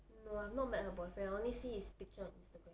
no I have not met her boyfriend I only see his picture on Instagram